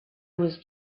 was